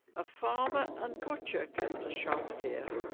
a farmer and butcher, kept a shop here